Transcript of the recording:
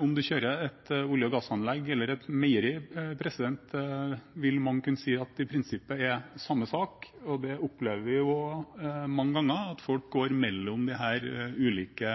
om man kjører et olje- og gassanlegg eller et meieri, og vi opplever mange ganger at folk går mellom disse ulike